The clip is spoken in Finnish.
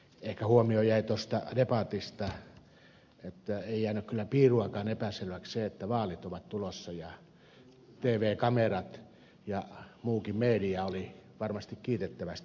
ehkä huomio jäi tuosta debatista että ei jäänyt kyllä piirunkaan verran epäselväksi se että vaalit ovat tulossa ja tv kamerat ja muukin media olivat varmasti kiitettävästi paikalla